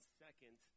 second